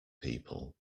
people